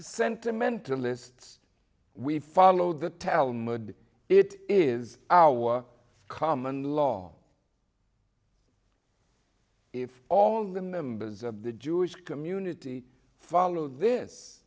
sentimental lists we follow the talmud it is our common long if all the members of the jewish community follow this